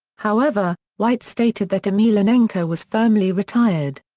however, white stated that emelianenko was firmly retired.